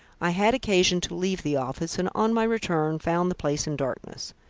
i had occasion to leave the office, and on my return found the place in darkness.